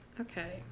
Okay